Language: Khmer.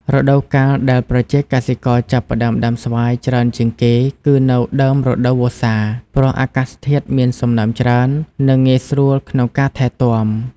រដូវកាលដែលប្រជាកសិករចាប់ផ្ដើមដាំស្វាយច្រើនជាងគេ គឺនៅដើមរដូវវស្សា ព្រោះអាកាសធាតុមានសំណើមច្រើន និងងាយស្រួលក្នុងការថែទាំ។